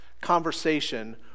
conversation